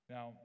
Now